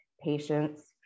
patients